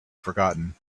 forgotten